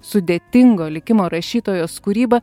sudėtingo likimo rašytojos kūryba